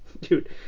dude